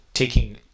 taking